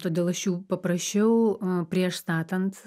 todėl aš jų paprašiau prieš statant